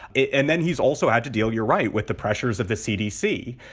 and then he's also had to deal, you're right, with the pressures of the cdc.